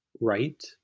right